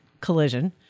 Collision